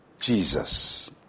Jesus